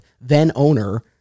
then-owner